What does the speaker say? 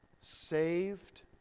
saved